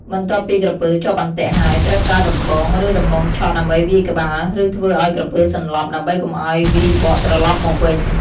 បន្ទាប់ពីក្រពើជាប់អន្ទាក់ហើយ ត្រូវប្រើដំបង ឬដំបងឆក់ដើម្បីវាយក្បាល ឬធ្វើឲ្យក្រពើសន្លប់ ដើម្បីកុំឲ្យវាយបកត្រឡប់មកវិញ។